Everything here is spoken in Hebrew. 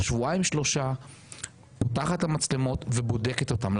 שבוע-שבועיים לוקחת מצלמות ובודקת אותן.